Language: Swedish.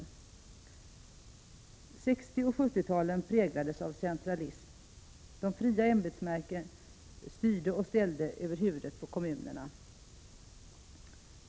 1960 och 1970-talen präglades av centralism. De fria ämbetsverken styrde och ställde över huvudet på kommunerna.